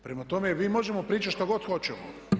Prema tome mi možemo pričati što god hoćemo.